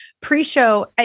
Pre-show